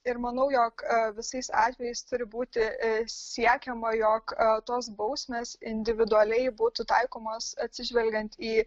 ir manau jog visais atvejais turi būti siekiama jog tos bausmės individualiai būtų taikomos atsižvelgiant į